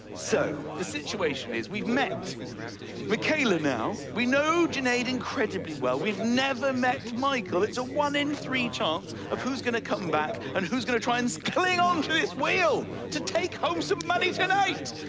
so, the situation is we've met michaela now, we know junaid incredibly well, we've never met michael. it's a one-in-three chance of who's going to come back and who's going to try and cling on to this wheel to take home some money tonight.